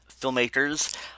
filmmakers